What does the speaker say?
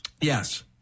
yes